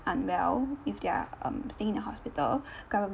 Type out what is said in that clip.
unwell if they're um staying in the hospital gover~